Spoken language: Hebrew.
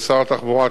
ששר התחבורה,